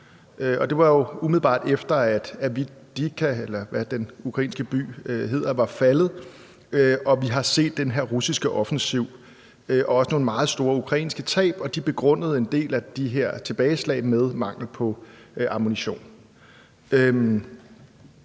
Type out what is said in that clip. Det var jo umiddelbart, efter at den ukrainske by Avdijivka var faldet og vi så den her russiske offensiv og også nogle meget store ukrainske tab. Og de begrundede en del af de her tilbageslag med manglen på ammunition.